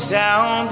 down